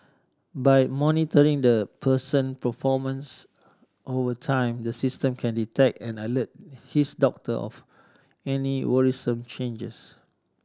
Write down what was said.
by monitoring the person performance over time the system can detect and alert his doctor of any worrisome changes